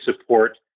support